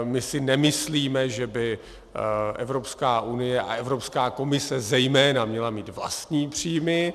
My si nemyslíme, že by Evropská unie a Evropská komise zejména měly mít vlastní příjmy.